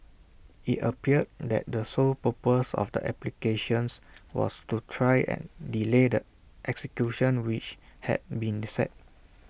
IT appeared that the sole purpose of the applications was to try and delay the execution which had been set